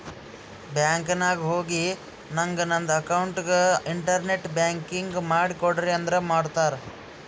bank ನಾಗ್ ಹೋಗಿ ನಂಗ್ ನಂದ ಅಕೌಂಟ್ಗ ಇಂಟರ್ನೆಟ್ ಬ್ಯಾಂಕಿಂಗ್ ಮಾಡ್ ಕೊಡ್ರಿ ಅಂದುರ್ ಮಾಡ್ತಾರ್